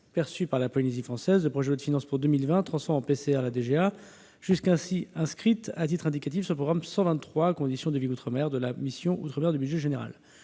perçue par la Polynésie française, le projet de loi de finances pour 2020 transforme en prélèvement sur recettes la DGA jusqu'ici inscrite à titre indicatif sur le programme 123, Conditions de vie outre-mer, de la mission " Outre-mer " du budget général.